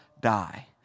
die